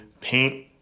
paint